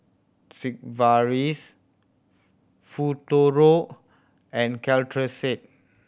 Sigvaris Futuro and Caltrate